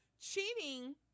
cheating